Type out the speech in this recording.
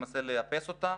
למעשה לאפס אותה,